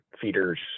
feeders